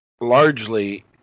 largely